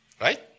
right